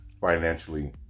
Financially